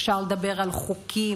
אפשר לדבר על חוקים,